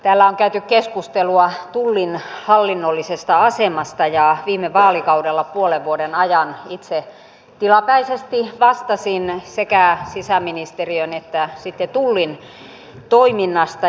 täällä on käyty keskustelua tullin hallinnollisesta asemasta ja viime vaalikaudella puolen vuoden ajan itse tilapäisesti vastasin sekä sisäministeriön että sitten tullin toiminnasta